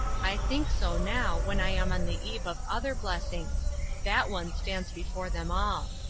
i think so now, when i am on the eve of other blessings that one stands before them all.